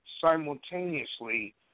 simultaneously